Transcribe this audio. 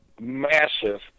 massive